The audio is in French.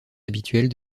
habituelle